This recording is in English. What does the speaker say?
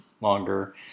longer